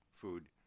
food